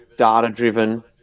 data-driven